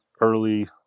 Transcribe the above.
early